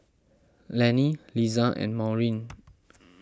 Laney Liza and Maureen